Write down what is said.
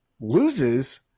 loses